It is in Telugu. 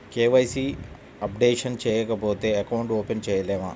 కే.వై.సి అప్డేషన్ చేయకపోతే అకౌంట్ ఓపెన్ చేయలేమా?